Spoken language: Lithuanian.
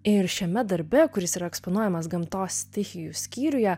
ir šiame darbe kuris yra eksponuojamas gamtos stichijų skyriuje